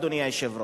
אדוני היושב-ראש?